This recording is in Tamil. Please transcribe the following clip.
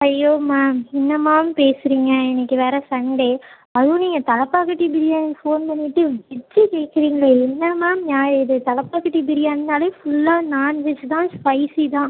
ஐயோ மேம் என்ன மேம் பேசுகிறீங்க இன்னிக்கு வேறு சண்டே அதுவும் நீங்கள் தலைப்பாக்கட்டி பிரியாணிக்கு ஃபோன் பண்ணிவிட்டு வெஜ்ஜி கேட்குறீங்களே என்ன மேம் நியாயம் இது தலைப்பாக்கட்டி பிரியாணினாலே ஃபுல்லாக நாண்வெஜ்ஜு தான் ஸ்பைசி தான்